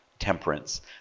Temperance